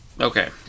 Okay